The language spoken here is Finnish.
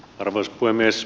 arvoisa puhemies